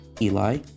Eli